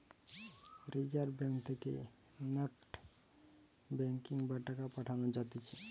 reserve Bank থেকে NEFT banking বা টাকা পাঠান যাতিছে